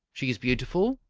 she is beautiful?